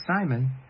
Simon